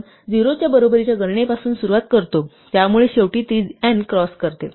आपण 0 च्या बरोबरीच्या गणनेपासून सुरुवात करतो त्यामुळे शेवटी ती n क्रॉस करते